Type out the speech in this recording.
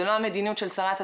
זאת לא המדיניות של שרת התחבורה,